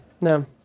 No